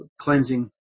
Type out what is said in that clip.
cleansing